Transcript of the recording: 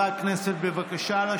נא